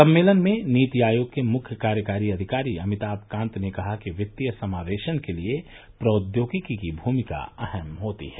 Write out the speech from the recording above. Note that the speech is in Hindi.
सम्मेलन में नीति आयोग के मुख्य कार्यकारी अधिकारी अमितान कांत ने कहा कि वित्तीय समावेशन के लिए प्रौद्योगिकी की अहम भूमिका होती है